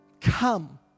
Come